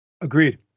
Agreed